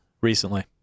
recently